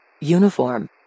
Uniform